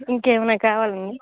ఇంకా ఏమన్న కావాలండి